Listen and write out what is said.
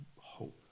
hope